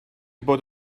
bod